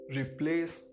replace